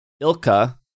Ilka